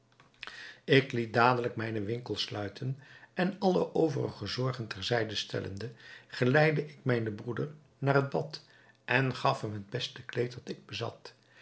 ik liet dadelijk mijnen winkel sluiten en alle overige zorgen ter zijde stellende geleidde ik mijnen broeder naar het bad en gaf hem het beste kleed dat ik bezat